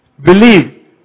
Believe